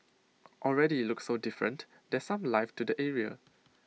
already IT looks so different there's some life to the area